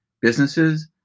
businesses